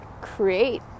create